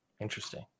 Interesting